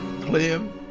Clem